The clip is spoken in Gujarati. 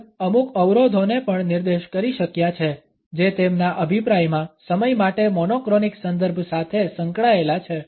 હોલ અમુક અવરોધોને પણ નિર્દેશ કરી શક્યા છે જે તેમના અભિપ્રાયમાં સમય માટે મોનોક્રોનિક સંદર્ભ સાથે સંકળાયેલા છે